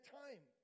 time